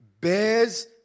bears